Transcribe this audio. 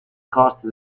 coste